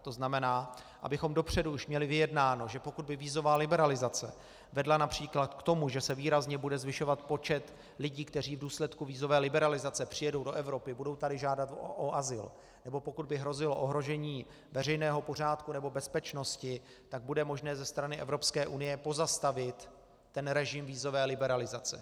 To znamená, abychom dopředu už měli vyjednáno, že pokud by vízová liberalizace vedla například k tomu, že se výrazně bude zvyšovat počet lidí, kteří v důsledku vízové liberalizace přijedou do Evropy, budou tady žádat o azyl, nebo pokud by hrozilo ohrožení veřejného pořádku nebo bezpečnosti, tak bude možné ze strany Evropské unie ten režim vízové liberalizace pozastavit.